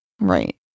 Right